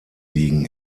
liegen